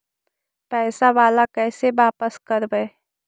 पैसा बाला कैसे बापस करबय?